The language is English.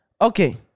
Okay